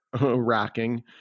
racking